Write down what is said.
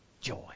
joy